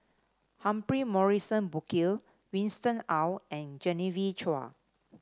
Humphrey Morrison Burkill Winston Oh and Genevieve Chua